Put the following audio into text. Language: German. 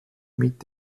mit